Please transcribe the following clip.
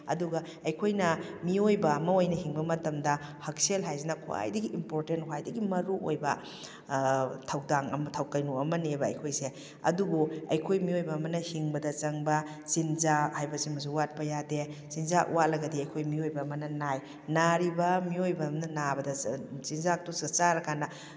ꯑꯗꯨꯒ ꯑꯩꯈꯣꯏꯅ ꯃꯤꯑꯣꯏꯕ ꯑꯃ ꯑꯣꯏꯅ ꯍꯤꯡꯕ ꯃꯇꯝꯗ ꯍꯛꯁꯦꯜ ꯍꯥꯏꯁꯤꯅ ꯈ꯭ꯋꯥꯏꯗꯒꯤ ꯏꯝꯄꯣꯔꯇꯦꯟ ꯈ꯭ꯋꯥꯏꯗꯒꯤ ꯃꯔꯨ ꯑꯣꯏꯕ ꯊꯧꯗꯥꯡ ꯀꯩꯅꯣ ꯑꯃꯅꯦꯕ ꯑꯩꯈꯣꯏꯁꯦ ꯑꯗꯨꯕꯨ ꯑꯩꯈꯣꯏ ꯃꯤꯑꯣꯏꯕ ꯑꯃꯅ ꯍꯤꯡꯕꯗ ꯆꯪꯕ ꯆꯤꯟꯖꯥꯛ ꯍꯥꯏꯕꯁꯤꯃꯁꯨ ꯋꯥꯠꯄ ꯌꯥꯗꯦ ꯆꯤꯟꯖꯥꯛ ꯋꯥꯠꯂꯒꯗꯤ ꯑꯩꯈꯣꯏ ꯃꯤꯑꯣꯏꯕ ꯑꯃꯅ ꯅꯥꯏ ꯅꯥꯔꯤꯕ ꯃꯤꯑꯣꯏꯕ ꯑꯃꯅ ꯅꯥꯕꯗ ꯆꯤꯟꯖꯥꯛꯇꯨ ꯆꯥꯔꯀꯥꯟꯗ